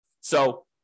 So-